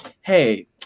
hey